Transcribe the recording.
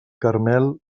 caramel